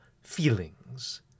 feelings